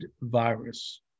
virus